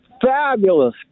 fabulous